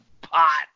pot